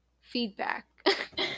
Feedback